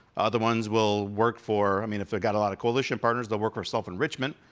other ones will work for, i mean, if they've got a lot of coalition partners, they'll work for self-enrichment,